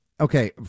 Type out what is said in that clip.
Okay